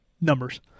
numbers